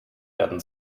werden